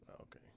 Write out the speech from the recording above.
Okay